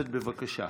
בבקשה.